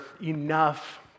enough